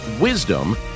Wisdom